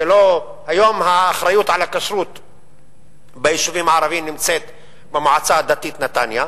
היום האחריות לכשרות ביישובים הערביים נמצאת במועצה הדתית נתניה.